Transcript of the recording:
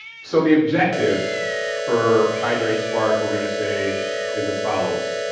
so, the objective for hydrates spark we're gonna say is as follows.